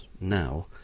now